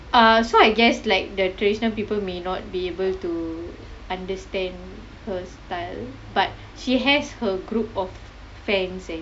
uh so I guess like the traditional people may not be able to understand her style but she has her group of fans eh